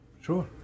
Sure